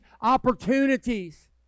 opportunities